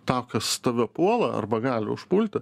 tą kas tave puola arba gali užpulti